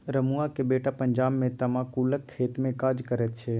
रमुआक बेटा पंजाब मे तमाकुलक खेतमे काज करैत छै